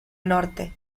norte